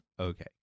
Okay